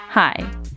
Hi